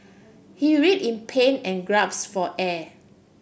he writhed in pain and for air